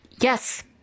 Yes